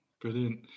brilliant